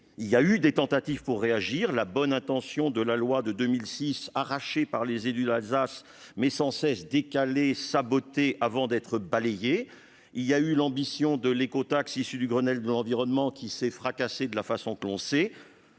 Il y a eu des tentatives pour réagir. Je pense à la bonne intention de la loi de 2006, arrachée par les élus d'Alsace, mais sans cesse décalée, sabotée, avant d'être balayée. Il y a eu l'ambition de l'écotaxe issue du Grenelle de l'environnement, ambition qui s'est fracassée de la manière que l'on sait